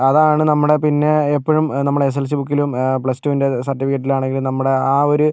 അതാണ് നമ്മുടെ പിന്നെ എപ്പോഴും നമ്മുടെ എസ് എൽ സി ബുക്കിലും പ്ലസ് ടൂൻ്റെ സർട്ടിഫിക്കറ്റിലാണെങ്കിലും നമ്മുടെ ആ ഒരു